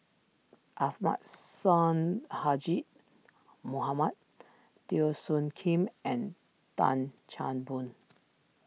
Ahmad Sonhadji Mohamad Teo Soon Kim and Tan Chan Boon